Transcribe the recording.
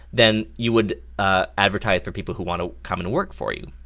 than you would ah advertise for people who want to come and work for you.